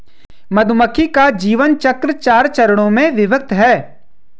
मधुमक्खी का जीवन चक्र चार चरणों में विभक्त है